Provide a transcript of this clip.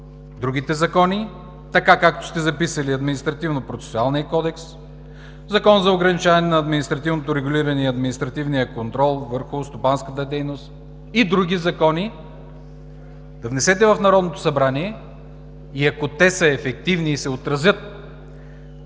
другите закони, така както сте записали: Административнопроцесуален кодекс, Закон за ограничаване на административното регулиране и административния контрол върху стопанската дейност и други закони, да внесете в Народното събрание, и ако те са ефективни и се отразят